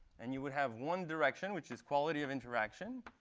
and you would have one direction, which is quality of interaction.